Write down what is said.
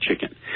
chicken